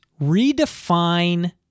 redefine